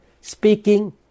speaking